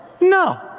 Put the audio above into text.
No